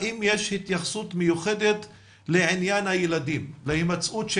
האם יש התייחסות מיוחדת לעניין ההימצאות של